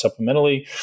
supplementally